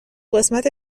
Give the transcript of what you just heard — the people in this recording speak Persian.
قسمت